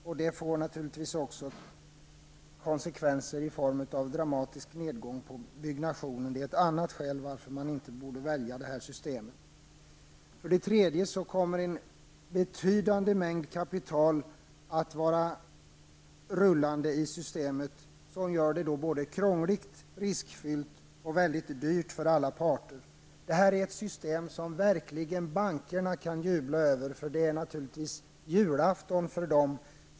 Förslaget får naturligtvis också konsekvenser i form av en dramatisk nedgång i fråga om byggandet. Det är ett annat skäl till att man inte borde välja det här systemet. Vidare kommer en betydande mängd kapital att vara rullande i systemet, och det gör det såväl krångligt och riskfyllt som väldigt dyrt för alla parter. Det här ett system som bankerna verkligen kan jubla över. Det är naturligtvis julafton för dem.